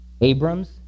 Abram's